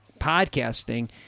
podcasting